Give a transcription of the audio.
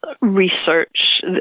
research